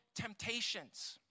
temptations